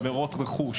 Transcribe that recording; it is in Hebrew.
עבירות רכוש,